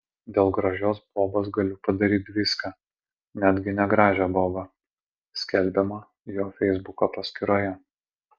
dėl gražios bobos galiu padaryti viską netgi negražią bobą skelbiama jo feisbuko paskyroje